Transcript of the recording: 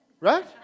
Right